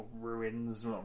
ruins